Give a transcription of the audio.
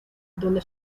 donde